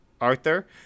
Arthur